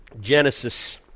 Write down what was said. Genesis